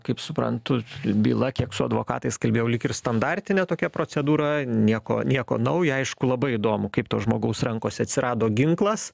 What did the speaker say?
kaip suprantu byla kiek su advokatais kalbėjau lyg ir standartinė tokia procedūra nieko nieko nauja aišku labai įdomu kaip to žmogaus rankose atsirado ginklas